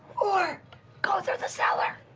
or go through the cellar.